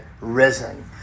risen